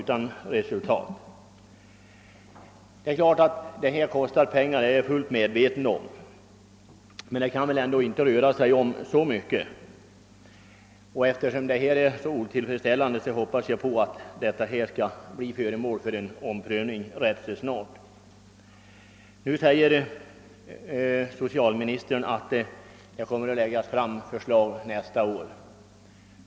Jag är fullt medveten om att det kostar pengar, men det kan väl ändå inte röra sig om så mycket. Eftersom det är så otillfredsställande hoppas jag att frågan snart skall bli föremål för en omprövning. Socialministern sade ait det kommer att framläggas förslag nästa år.